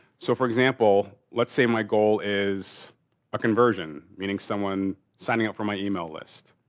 so, for example, let's say my goal is a conversion, meaning someone signing up for my email list.